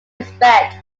respect